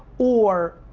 or,